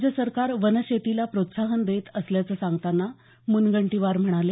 राज्य सरकार वन शेतीला प्रोत्साहन देत असल्याचं सांगतांना मुनगंटीवार म्हणाले